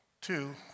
two